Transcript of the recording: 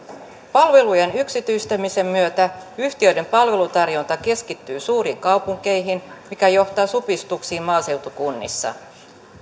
palvelujen yksityistämisen myötä yhtiöiden palvelutarjonta keskittyy suuriin kaupunkeihin mikä johtaa supistuksiin maaseutukunnissa